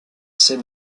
scènes